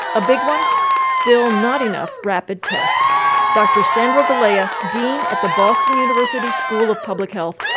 a big one still not enough rapid tests dr. sandro galea, dean at the boston university school of public health,